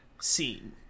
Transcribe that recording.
scene